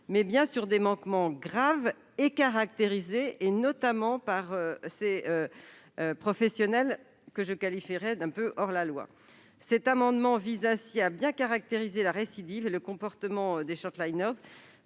mais sur des manquements graves et caractérisés, commis notamment par ces professionnels que je considère comme quelque peu hors la loi. Cet amendement vise ainsi à bien caractériser la récidive et le comportement des par la